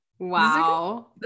wow